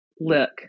look